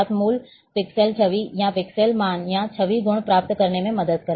मूल पिक्सेल छवि या पिक्सेल मान या छवि गुण प्राप्त करने में मदद करेगा